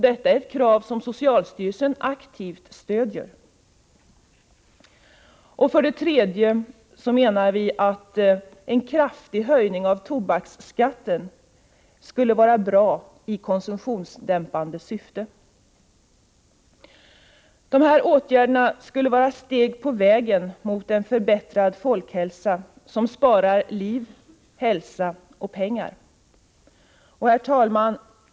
Detta är ett krav som socialstyrelsen stödjer aktivt. För det tredje menar vi att en kraftig höjning av tobaksskatten skulle vara bra i konsumtionsdämpande syfte. Dessa åtgärder skulle vara ett steg på vägen mot en förbättrad folkhälsa som sparar liv, hälsa och pengar. Herr talman!